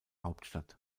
hauptstadt